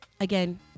Again